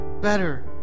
better